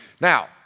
Now